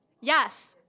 Yes